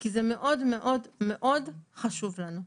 כי זה מאוד חשוב לנו.